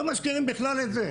לא מזכירים בכלל את זה,